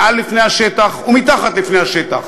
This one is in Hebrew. מעל לפני השטח ומתחת לפני השטח,